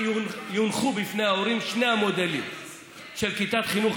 יונחו בפני ההורים שני המודלים של כיתת חינוך